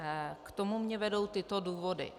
K tomu mě vedou tyto důvody.